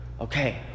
Okay